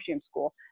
school